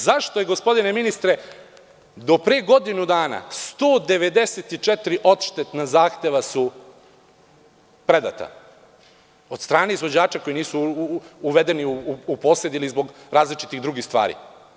Zašto su, gospodine ministre, do pre godinu dana 194 odštetna zahteva predata od strane izvođača koji nisu uvedeni u posed ili zbog različitih drugih stvari?